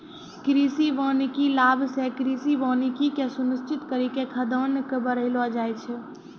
कृषि वानिकी लाभ से कृषि वानिकी के सुनिश्रित करी के खाद्यान्न के बड़ैलो जाय छै